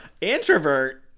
introvert